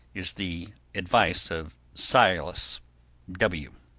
is the advice of silas w.